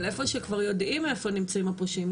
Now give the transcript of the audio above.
אבל איפה שכבר יודעים איפה נמצאים הפושעים,